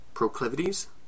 proclivities